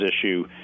issue